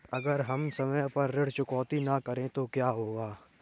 अगर हम समय पर ऋण चुकौती न करें तो क्या होगा?